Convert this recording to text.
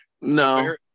No